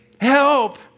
Help